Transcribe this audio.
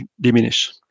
diminish